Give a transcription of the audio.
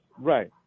Right